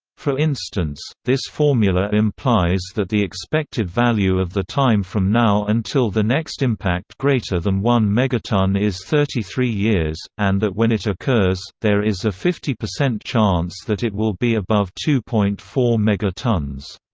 for instance, this formula implies that the expected value of the time from now until the next impact greater than one megatonne is thirty three years, and that when it occurs, there is a fifty percent chance that it will be above two point four megatonnes.